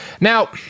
Now